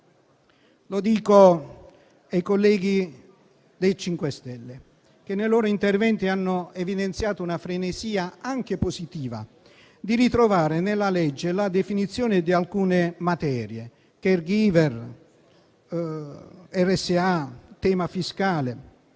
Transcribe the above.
rivolgo ai colleghi del MoVimento 5 Stelle, che nei loro interventi hanno evidenziato una frenesia, anche positiva, di ritrovare nella legge la definizione di alcune materie: *caregiver*, RSA, tema fiscale.